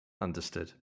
Understood